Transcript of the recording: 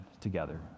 together